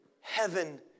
heaven